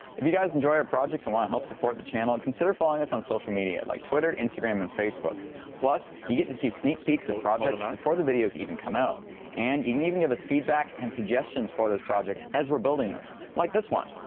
if you guys enjoy our projects and want to help support the channel and consider following us on social media like twitter instagram and facebook plus you get to see sneak peeks of projects on before the videos even come out and you can even give us feedback and suggestions for those projects as we're building them like this one!